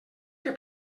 que